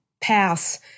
pass